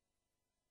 הפסקה.